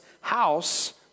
house